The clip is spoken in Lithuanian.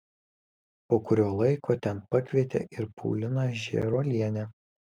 po kurio laiko ten pakvietė ir pauliną žėruolienę